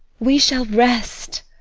we shall rest.